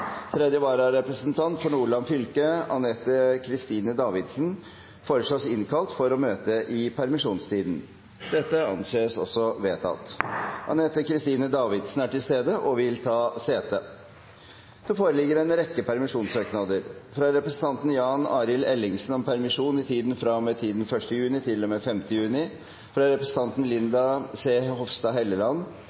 Tredje vararepresentant for Nordland fylke, Anette Kristine Davidsen, foreslås innkalt for å møte i permisjonstiden. – Det anses vedtatt. Anette Kristine Davidsen er til stede og vil ta sete. Det foreligger en rekke permisjonssøknader: fra representanten Jan Arild Ellingsen om permisjon i tiden fra og med 1. juni til og med 5. juni og fra representanten Linda C. Hofstad Helleland